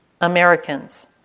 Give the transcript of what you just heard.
Americans